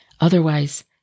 Otherwise